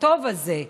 הטוב הזה,